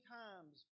times